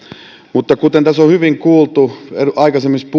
mutta kuten tässä on hyvin kuultu aikaisemmissa